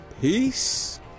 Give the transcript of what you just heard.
peace